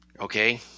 Okay